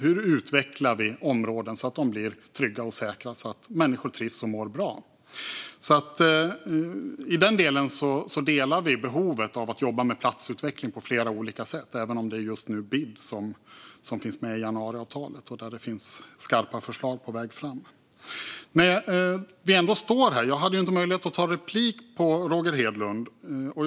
Hur utvecklar vi områden så att de blir trygga och säkra, så att människor trivs och mår bra? I den delen instämmer vi i behovet av att jobba med platsutveckling på flera olika sätt, även om det just nu är BID som finns med i januariavtalet. Där finns skarpa förslag på väg fram. När vi ändå står här: Jag hade inte möjlighet att begära replik på Roger Hedlunds anförande.